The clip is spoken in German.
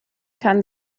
kann